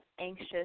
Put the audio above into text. anxious